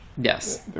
Yes